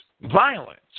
violence